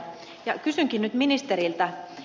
kysynkin nyt ministeriltä